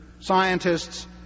scientists